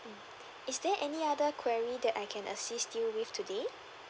mm is there any other query that I can assist you with today